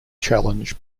challenge